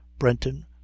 Brenton